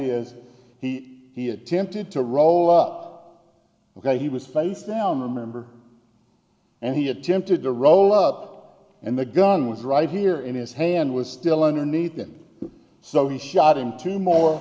is he he attempted to roll up ok he was face down remember and he attempted to roll up and the gun was right here in his hand was still underneath him so he shot him two more